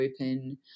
open